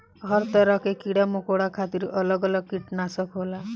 हर तरह के कीड़ा मकौड़ा खातिर अलग अलग किटनासक होला